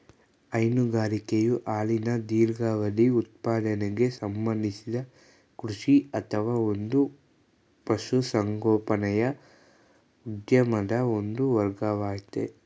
ಹೈನುಗಾರಿಕೆಯು ಹಾಲಿನ ದೀರ್ಘಾವಧಿ ಉತ್ಪಾದನೆಗೆ ಸಂಬಂಧಿಸಿದ ಕೃಷಿ ಅಥವಾ ಒಂದು ಪಶುಸಂಗೋಪನೆಯ ಉದ್ಯಮದ ಒಂದು ವರ್ಗವಾಗಯ್ತೆ